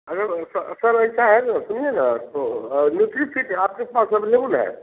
अरे ऐसा सर ऐसा है ना सुनिए ना तो न्युट्रीफीट आपके पास अव्लेबुल है